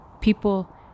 people